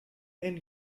end